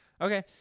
Okay